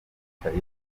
yicaye